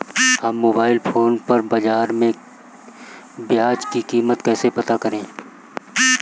हम mobile phone पर बाज़ार में प्याज़ की कीमत कैसे पता करें?